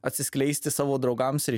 atsiskleisti savo draugams ir